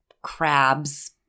crabs